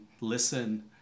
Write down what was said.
listen